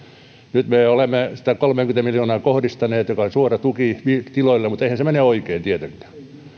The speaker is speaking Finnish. nyt me olemme kolmekymmentä miljoonaa kohdistaneet joka on suora tuki tiloille mutta eihän se mene oikein tietenkään